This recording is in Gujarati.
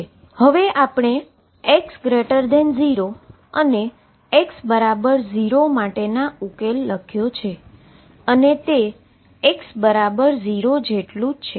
હવે આપણે x 0 અને x 0 માટેનો ઉકેલ લખ્યો છે અને તે x 0 જેટલું છે